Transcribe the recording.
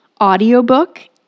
audiobook